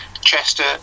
Chester